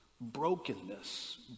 Brokenness